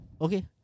Okay